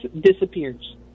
disappears